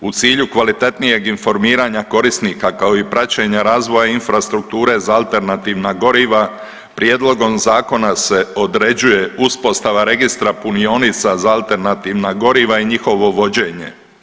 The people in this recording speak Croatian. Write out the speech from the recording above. U cilju kvalitetnijeg informiranja korisnika kao i praćenja razvoja infrastrukture za alternativna goriva prijedlogom zakona se određuje uspostava registra punionica za alternativna goriva i njihovo vođenje.